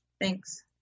Thanks